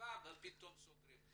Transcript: עזבה ולאחר שבועיים סוגרים.